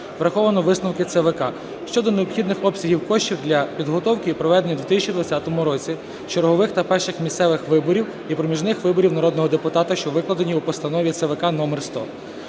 враховано висновки ЦВК щодо необхідних обсягів коштів для підготовки і проведення у 2020 році чергових та перших місцевих виборів, і проміжних виборів народного депутата, що викладені у постанові ЦВК №100,